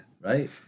Right